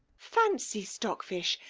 fancy, stockfish!